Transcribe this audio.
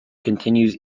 continues